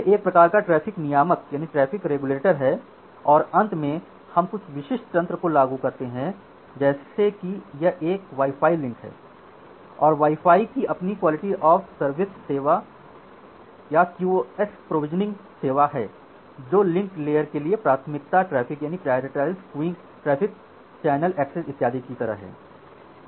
तो यह एक प्रकार का ट्रैफ़िक नियामक है और अंत में हम कुछ लिंक विशिष्ट तंत्र को लागू करते हैं जैसे कि यह एक वाई फाई लिंक है और वाई फाई की अपनी QoS सेवा QoS प्रोविज़निंग सेवा है जो लिंक लेयर के लिए प्राथमिकता ट्रैफ़िक चैनल एक्सेस इत्यादि की तरह है